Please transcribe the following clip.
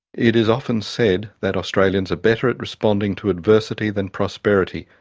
it is often said that australians are better at responding to adversity than prosperity.